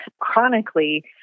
chronically